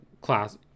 class